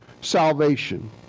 salvation